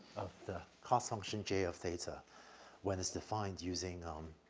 of the cost function j of theta when it's defined using, um,